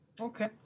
Okay